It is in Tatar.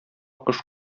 кош